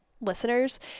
listeners